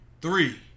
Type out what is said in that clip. Three